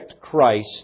Christ